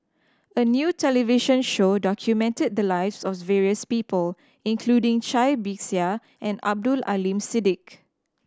a new television show documented the lives of various people including Cai Bixia and Abdul Aleem Siddique